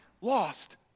lost